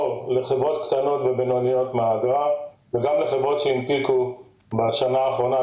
פטור מהאגרה לחברות קטנות ובינוניות וגם לחברות שהנפיקו בשנה האחרונה,